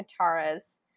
Katara's